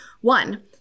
one